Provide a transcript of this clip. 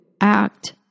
act